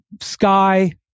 sky